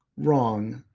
wrong.